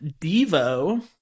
Devo